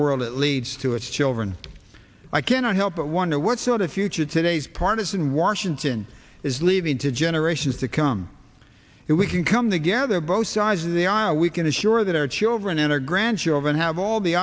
world that leads to its children i cannot help but wonder what sort of future today's partisan washington is leaving to generations to come if we can come together both sides of the aisle we can assure that our children and our grandchildren have all the